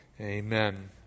Amen